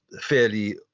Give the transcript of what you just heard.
fairly